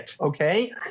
Okay